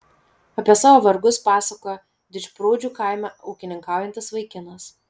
apie savo vargus pasakojo didžprūdžių kaime ūkininkaujantis vaikinas